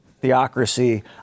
theocracy